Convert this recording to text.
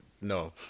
no